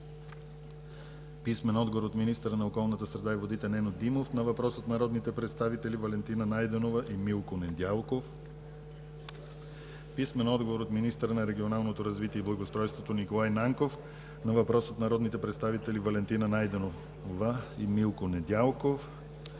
Дариткова; – от министъра на околната среда и водите Нено Димов на въпрос от народните представители Валентина Найденова и Милко Недялков; – от министъра на регионалното развитие и благоустройството Николай Нанков на въпрос от народните представители Валентина Найденова и Милко Недялков;